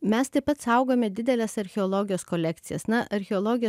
mes taip pat saugome dideles archeologijos kolekcijas na archeologija